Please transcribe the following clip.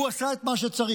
הוא עשה את מה שצריך,